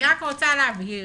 אני רוצה להבהיר.